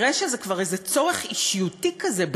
נראה שזה כבר איזה צורך אישיותי כזה,